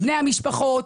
בני המשפחות,